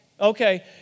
Okay